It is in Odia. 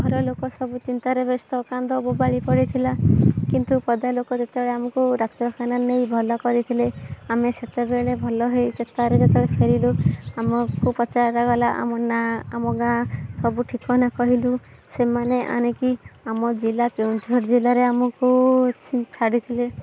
ଘରଲୋକ ସବୁ ଚିନ୍ତାରେ ବ୍ୟସ୍ତ କାନ୍ଦ ବୋବାଳି ପଡ଼ିଥିଲା କିନ୍ତୁ ପଦାଲୋକ ଯେତେବେଳେ ଆମକୁ ଡାକ୍ତରଖାନା ନେଇ ଭଲ କରିଥିଲେ ଆମେ ସେତେବେଳେ ଭଲ ହେଇ ଚେତାର ଯେତେବେଳେ ଫେରିଲୁ ଆମକୁ ପଚାରା ଗଲା ଆମ ନାଁ ଆମ ଗାଁ ସବୁ ଠିକନା କହିଲୁ ସେମାନେ ଆଣିକି ଆମ ଜିଲ୍ଲା କେଉଁଝର ଜିଲ୍ଲାରେ ଆମକୁ ଛ ଛାଡ଼ି ଥିଲେ